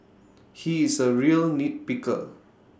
he is A real nitpicker